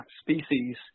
species